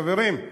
חברים,